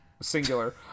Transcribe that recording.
Singular